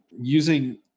using